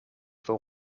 voor